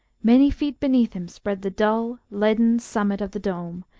many feet beneath him spread the dull, leaden summit of the dome,